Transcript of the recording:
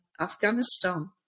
Afghanistan